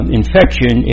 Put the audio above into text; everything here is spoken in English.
infection